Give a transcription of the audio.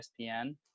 ESPN